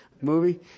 movie